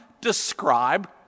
describe